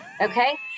okay